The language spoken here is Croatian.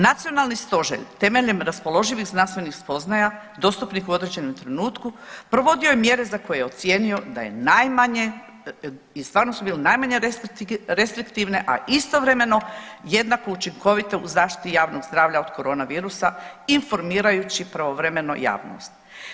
Nacionalni stožer temeljem raspoloživih znanstvenih spoznaja dostupnih u određenom trenutku provodio je mjere za koje je ocijenio da je najmanje i stvarno su bili najmanje restriktivne, a istovremeno jednako učinkovite u zaštiti javnog zdravlja od koronavirusa informirajući pravovremeno javnost.